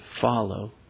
follow